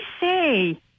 say